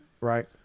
right